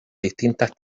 distintas